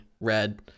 red